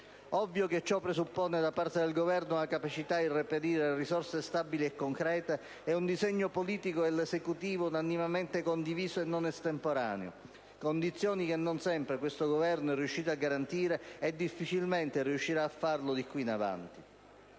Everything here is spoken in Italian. Ovvio che ciò presuppone da parte del Governo una capacità di reperire risorse stabili e concrete e un disegno politico dell'Esecutivo unanimemente condiviso e non estemporaneo, condizioni che non sempre questo Governo è riuscito a garantire; e difficilmente riuscirà a farlo da qui in avanti.